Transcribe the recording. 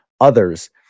others